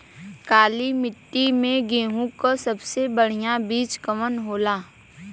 काली मिट्टी में गेहूँक सबसे बढ़िया बीज कवन होला?